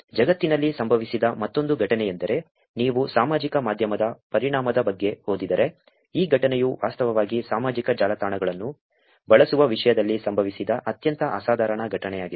ಜಗತ್ತಿನಲ್ಲಿ ಸಂಭವಿಸಿದ ಮತ್ತೊಂದು ಘಟನೆಯೆಂದರೆ ನೀವು ಸಾಮಾಜಿಕ ಮಾಧ್ಯಮದ ಪರಿಣಾಮದ ಬಗ್ಗೆ ಓದಿದರೆ ಈ ಘಟನೆಯು ವಾಸ್ತವವಾಗಿ ಸಾಮಾಜಿಕ ಜಾಲತಾಣಗಳನ್ನು ಬಳಸುವ ವಿಷಯದಲ್ಲಿ ಸಂಭವಿಸಿದ ಅತ್ಯಂತ ಅಸಾಧಾರಣ ಘಟನೆಯಾಗಿದೆ